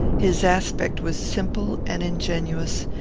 his aspect was simple and ingenuous,